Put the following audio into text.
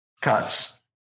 cuts